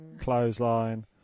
Clothesline